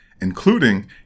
including